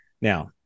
Now